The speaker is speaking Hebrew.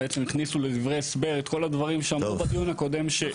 הכניסו לדברי ההסבר את כל הדברים שאמרו בדיון הקודם.